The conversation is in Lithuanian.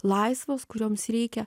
laisvos kurioms reikia